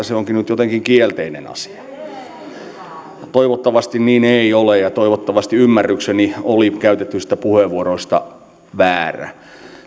se onkin nyt jotenkin kielteinen asia toivottavasti niin ei ole ja toivottavasti ymmärrykseni oli käytetyistä puheenvuoroista väärä